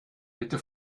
bitte